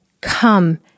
come